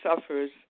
suffers